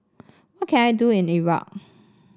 what can I do in Iraq